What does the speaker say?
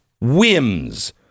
whims